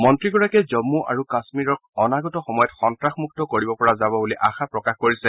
মন্ত্ৰীগৰাকীয়ে জম্মু আৰু কাশ্মীৰক অনাগত সময়ত সন্ত্ৰাসমুক্ত কৰিব পৰা যাব বুলি আশা প্ৰকাশ কৰিছে